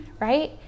Right